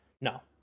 No